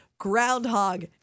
groundhog